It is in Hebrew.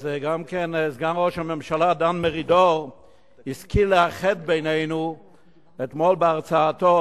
אז גם סגן ראש הממשלה דן מרידור השכיל לאחד בינינו אתמול בהרצאתו,